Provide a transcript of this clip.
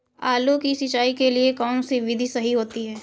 आलू की सिंचाई के लिए कौन सी विधि सही होती है?